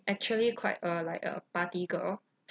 actually quite uh like a party girl